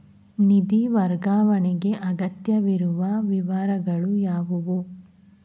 ನಿಧಿ ವರ್ಗಾವಣೆಗೆ ಅಗತ್ಯವಿರುವ ವಿವರಗಳು ಯಾವುವು?